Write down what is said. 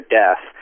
death